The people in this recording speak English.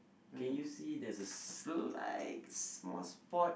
can you see there's a slight small spot